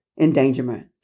endangerment